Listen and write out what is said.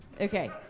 Okay